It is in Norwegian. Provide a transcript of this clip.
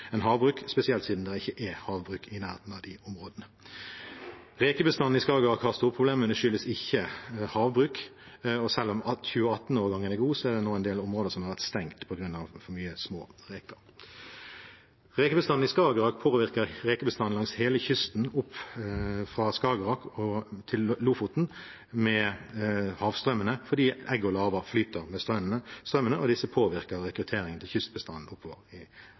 en del områder som har vært stengt på grunn av for mye små reker. Rekebestanden i Skagerrak påvirker rekebestanden langs hele kysten fra Skagerrak til Lofoten fordi egg og larver flyter med havstrømmene, og det påvirker rekrutteringen til kystbestanden oppover langs Norge. I